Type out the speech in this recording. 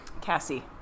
Cassie